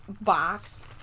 box